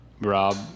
rob